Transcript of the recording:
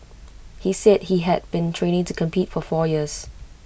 he said he had been training to compete for four years